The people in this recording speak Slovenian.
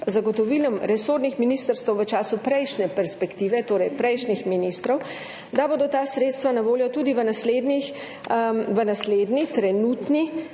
zagotovilom resornih ministrstev v času prejšnje perspektive, torej prejšnjih ministrov, da bodo ta sredstva na voljo tudi v naslednji, trenutno